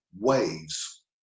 waves